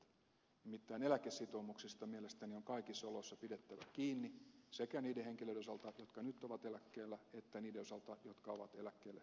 nimittäin eläkesitoumuksista on mielestäni kaikissa oloissa pidettävä kiinni sekä niiden henkilöiden osalta jotka nyt ovat eläkkeellä että niiden osalta jotka ovat eläkkeelle siirtymässä